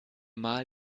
mal